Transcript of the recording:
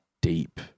deep